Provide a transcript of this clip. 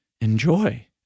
enjoy